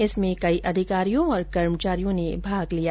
इसमें कई अधिकारी और कर्मचारियों ने भाग लिया